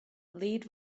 lead